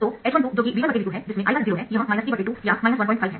तो h12 जो कि V1V2 है जिसमें I1 0 है यह 32 या 15 है